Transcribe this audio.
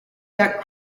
that